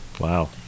Wow